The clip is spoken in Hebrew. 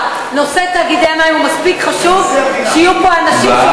הנושא בסדר-היום של הכנסת נתקבלה.